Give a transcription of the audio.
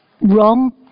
wrong